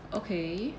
okay